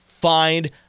find